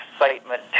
excitement